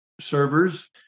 servers